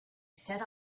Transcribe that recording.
set